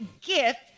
gift